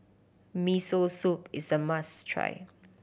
Miso Soup is a must try